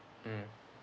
mm